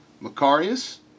Macarius